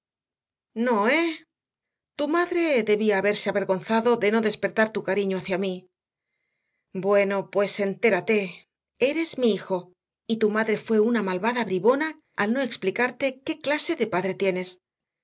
no eh tu madre debía haberse avergonzado de no despertar tu cariño hacia mí bueno pues entérate eres mi hijo y tu madre fue una malvada bribona al no explicarte qué clase de padre tienes